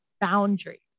boundaries